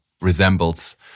resembles